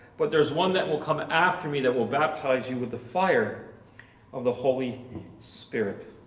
but there's one that will come after me that will baptize you with the fire of the holy spirit.